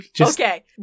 Okay